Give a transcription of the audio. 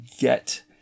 get